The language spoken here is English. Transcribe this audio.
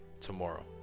tomorrow